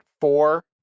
four